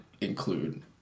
include